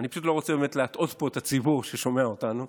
אני באמת לא רוצה להטעות פה את הציבור ששומע אותנו.